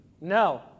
No